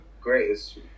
greatest